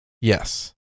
Yes